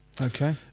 Okay